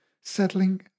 settling